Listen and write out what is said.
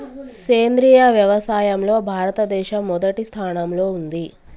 సేంద్రియ వ్యవసాయంలో భారతదేశం మొదటి స్థానంలో ఉంది